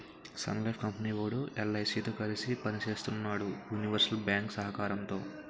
Sun Life company వోడు LIC తో కలిసి పని సేత్తన్నాడు యూనివర్సల్ బ్యేంకు సహకారంతో